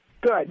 Good